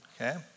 Okay